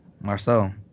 Marcel